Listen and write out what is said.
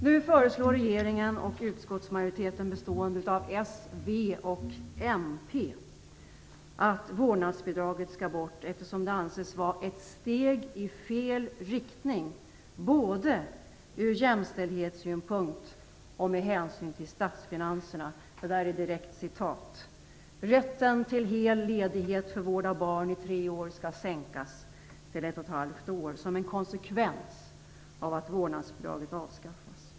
Nu föreslår regeringen och utskottsmajoriteten bestående av Socialdemokraterna, Vänsterpartiet och Miljöpartiet att vårdnadsbidraget skall bort, eftersom det anses vara ett steg i fel riktning, "både ur jämställdhetssynpunkt och med hänsyn till statsfinanserna". Rätten till hel ledighet för vård av barn i tre år skall inskränkas till ett och ett halvt år som en konsekvens av att vårdnadsbidraget avskaffas.